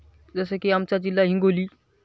जसं की आमचा जिल्हा हिंगोली